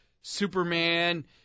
Superman